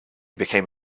become